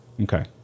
Okay